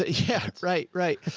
ah yeah right. right.